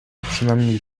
przynajmniej